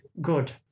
good